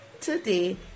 today